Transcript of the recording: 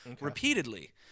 repeatedly